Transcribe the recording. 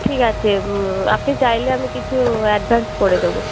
ঠিক আছে আপনি চাইলে আমি কিছু অ্যাডভান্স করে দেবো